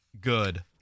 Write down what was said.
good